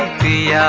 the